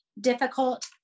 difficult